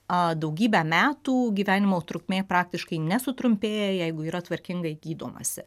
daugybę metų gyvenimo trukmė praktiškai nesutrumpėja jeigu yra tvarkingai gydomasi